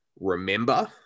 remember